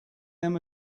them